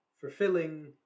fulfilling